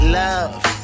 love